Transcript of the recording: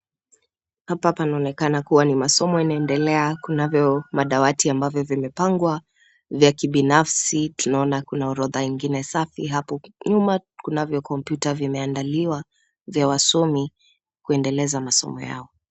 Hapa panaonekana kuwa ni masomo yanaendelea ,kuna madawati ambavyo vimepangwa vya kibinafsi ,tunaona kuna orodha nyingine safi hapo nyuma kuna kompyuta vimeandaliwa vya wasomi vinavyoendeleza masomo yao.